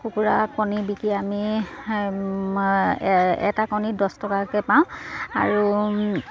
কুকুৰা কণী বিকি আমি এটা কণীত দছ টকাকে পাওঁ আৰু